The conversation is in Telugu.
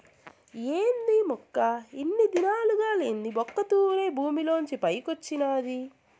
ఏంది మొక్క ఇన్ని దినాలుగా లేంది ఒక్క తూరె భూమిలోంచి పైకొచ్చినాది